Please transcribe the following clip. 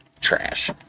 trash